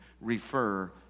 refer